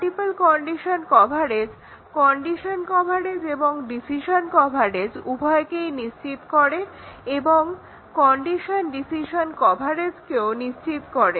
multiple condition coverage condition coverage এবং decision coverage উভয়কেই নিশ্চিত করে এবং কন্ডিশন ডিসিশন কভারেজকেও নিশ্চিত করে